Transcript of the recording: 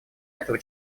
этого